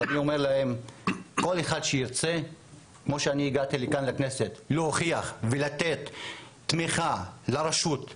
אני אומר שכל אחד שירצה להוכיח ולתת תמיכה לרשות,